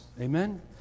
Amen